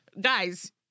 Guys